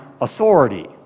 authority